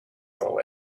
yellow